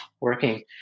working